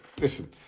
listen